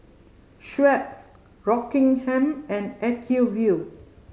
Schweppes Rockingham and Acuvue